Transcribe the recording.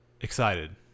excited